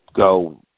go